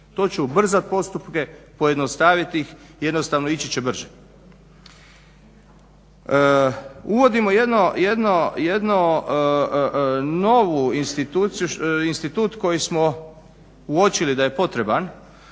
To će ubrzati postupke, pojednostaviti ih i jednostavno ići će brže. Uvodimo jedan novi institut koji smo uočili da je potreban,